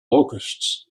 locusts